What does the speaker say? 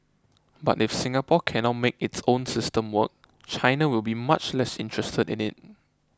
but if Singapore cannot make its system work China will be much less interested in it